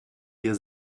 dir